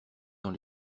dans